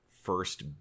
first